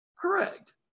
Correct